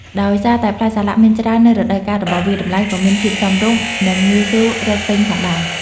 ដោយសារតែផ្លែសាឡាក់មានច្រើននៅរដូវកាលរបស់វា តម្លៃក៏មានភាពសមរម្យ និងងាយស្រួលរកទិញផងដែរ។